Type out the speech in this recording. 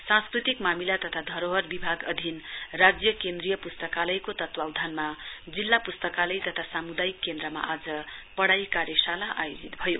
सांस्कृतिक मामिला तथा धरोहर विभाग अधिन राज्य केन्द्रीय प्स्तकालयको तत्वावधानमा जिल्ला प्स्तकालय तथा साम्दायिक केन्द्रमा आज पढाइ कार्यशाला आयोजित भयो